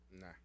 Nah